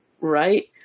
right